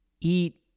eat